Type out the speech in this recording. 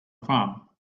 farm